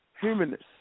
humanist